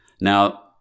Now